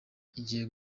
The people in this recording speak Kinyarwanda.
igiye